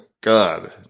God